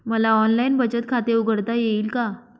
मला ऑनलाइन बचत खाते उघडता येईल का?